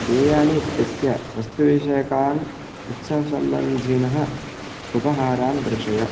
पेयानि इत्यस्य वस्तुविषयकान् उत्सवसम्बन्धिनः उपहारान् दर्शय